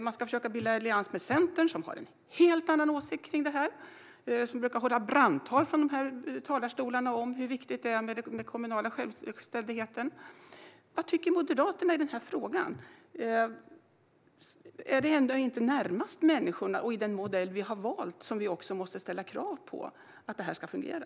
Ni ska försöka bilda allians med Centern, som har en helt annan åsikt kring detta och brukar hålla brandtal här från talarstolen om hur viktigt det är med den kommunala självständigheten. Vad tycker Moderaterna i den här frågan? Är det ändå inte i den modell som vi har valt som vi måste ställa krav på att det här ska fungera?